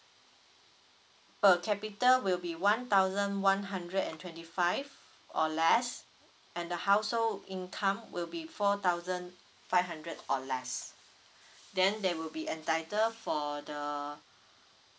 per capital will be one thousand one hundred and twenty five or less and the household income will be four thousand five hundred or less then they will be entitle for the